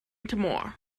timor